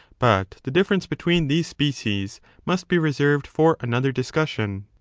but the difference between these species must be reserved for another discussion.